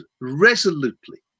resolutely